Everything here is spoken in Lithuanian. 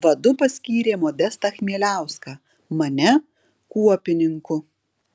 vadu paskyrė modestą chmieliauską mane kuopininku